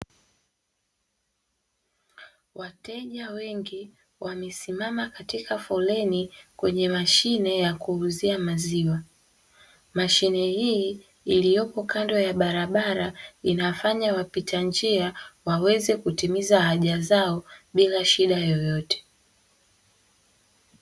Wateja wengi wamesimama katika foleni kwenye mashine ya kuuzia maziwa. Mashine hii iliyopo kando ya barabara, inafanya wapita njia waweze kutimiza haja zao bila shida yoyte.